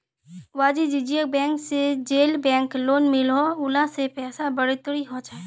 वानिज्ज्यिक बैंक से जेल बैंक लोन मिलोह उला से पैसार बढ़ोतरी होछे